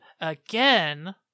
again